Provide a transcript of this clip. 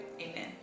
amen